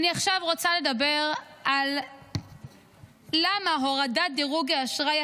עכשיו אני רוצה לומר למה הורדת דירוג האשראי